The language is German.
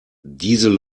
diese